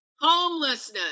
homelessness